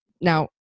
now